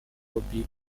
bobbi